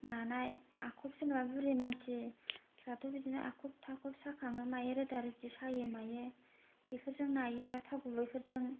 मानाय आखब जोंहा बुरि मानसि जोंहाथ' बिदिनो आखब थाखब साखाङो मायो रोदा रोदि सायो मायो बेफोरजों नायोबा थाव गुबैफोरजों